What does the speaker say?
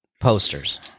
posters